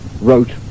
wrote